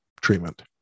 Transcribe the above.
treatment